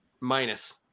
minus